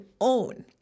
own